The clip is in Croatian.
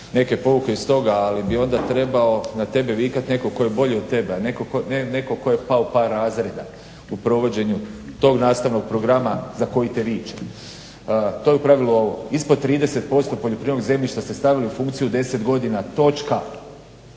neke pouke iz toga. Ali bi onda trebao na tebe vikati netko tko je bolji od tebe, a ne netko tko je pao par razreda u provođenju tog nastavnog programa za koji te viče. To je u pravilu ovo. Ispod 30% poljoprivrednog zemljišta ste stavili u funkciju 10 godina točka.